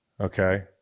okay